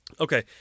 Okay